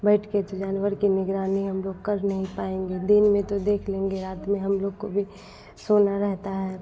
बैठकर जानवर की निगरानी हम लोग कर भी नहीं पाएंगे दिन में तो देख लेंगे रात में हम लोग को भी सोना रहता है